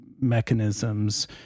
mechanisms